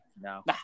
No